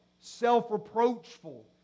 self-reproachful